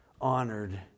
honored